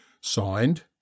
Signed